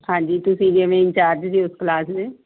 ਹਾਂਜੀ ਤੁਸੀਂ ਜਿਵੇਂ ਇੰਚਾਰਜ ਜੇ ਉਸ ਕਲਾਸ ਦੇ